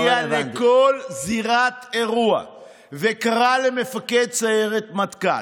הגיע לכל זירת אירוע וקרא למפקד סיירת מטכ"ל,